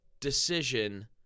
decision